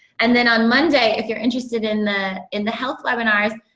and then on monday, if you're interested in the in the health webinars,